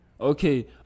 Okay